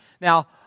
Now